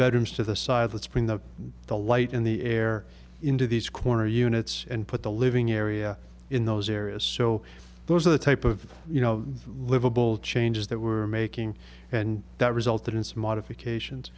bedrooms to the side that's been the the light in the air into these corner units and put the living area in those areas so those are the type of you know livable changes that were making and that resulted in some modifications